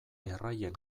erraien